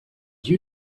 you